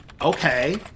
Okay